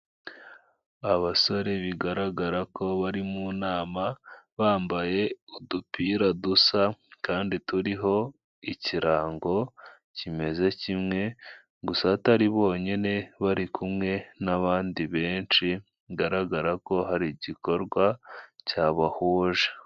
Abasore bigaragara ko bari mu nama bambaye udupira dusa kandi turiho ikirango kimeze kimwe gusa atari bonyine bari kumwe n'abandi benshi bigaragara ko hari igikorwa cyabahuje.